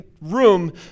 room